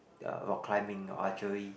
ya rock climbing or archery